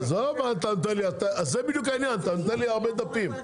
עזוב, זה בדיוק העניין, אתה נותן לי הרבה דפים.